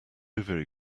very